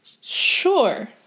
Sure